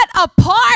apart